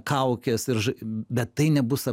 kaukės ir bet tai nebus